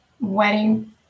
wedding